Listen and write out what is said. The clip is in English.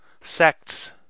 Sects